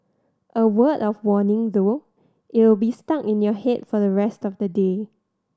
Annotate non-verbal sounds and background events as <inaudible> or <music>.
a word of warning though it'll be <unintelligible> in your head for the rest of the day